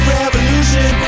revolution